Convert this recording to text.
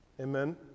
Amen